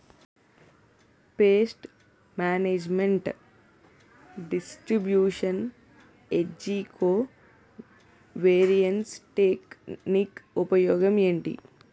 paste management distribution ఏజ్జి covariance technique ఉపయోగం ఏంటి